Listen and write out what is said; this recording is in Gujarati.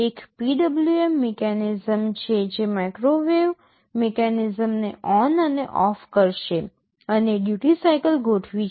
એક PWM મિકેનિઝમ છે જે માઇક્રોવેવ મિકેનિઝમને ઓન્ અને ઓફ કરશે અને ડ્યૂટિ સાઇકલ ગોઠવી છે